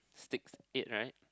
sticks eight right